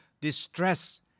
distress